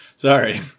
Sorry